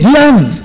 love